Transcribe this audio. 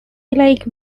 like